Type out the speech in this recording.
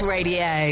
Radio